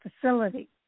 facility